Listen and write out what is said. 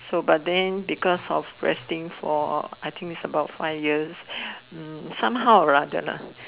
so but then because of resting for I think is about five years somehow or rather lah